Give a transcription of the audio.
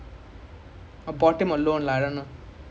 I mean now they got this err